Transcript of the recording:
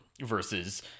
versus